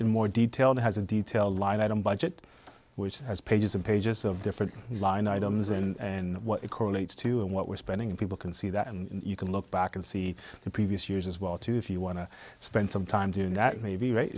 in more detail and has a detail line item budget which has pages and pages of different line items in it correlates to what we're spending and people can see that and you can look back and see the previous years as well too if you want to spend some time doing that maybe right